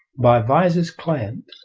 by visor's client,